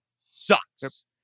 sucks